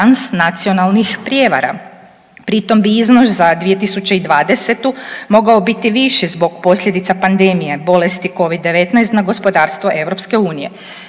transnacionalnih prijevara. Pritom bi iznos za 2020. mogao biti viši zbog posljedica pandemije bolesti Covid-19 na gospodarstvo EU.